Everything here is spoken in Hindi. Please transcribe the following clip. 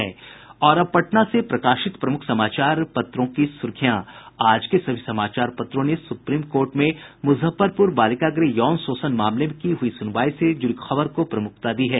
और अब पटना से प्रकाशित प्रमुख समाचार पत्रों की सुर्खियां आज के सभी समाचार पत्रों ने सुप्रीम कोर्ट में मुजफ्फरपुर बालिका गृह यौन शोषण मामले की हुई सुनवाई से जुड़ी खबर को प्रमुखता से प्रकाशित किया है